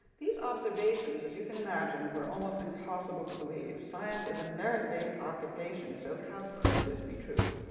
these observations, as you can imagine, were almost impossible to believe. science is a merit-based occupation. so how could this be true?